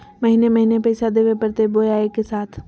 महीने महीने पैसा देवे परते बोया एके साथ?